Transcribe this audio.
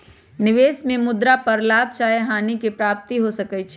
निवेश में मुद्रा पर लाभ चाहे हानि के प्राप्ति हो सकइ छै